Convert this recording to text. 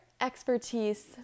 expertise